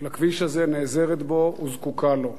לכביש הזה, נעזרת בו וזקוקה לו.